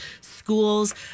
schools